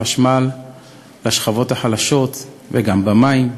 חשמל לשכבות החלשות וגם מים.